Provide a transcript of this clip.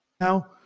now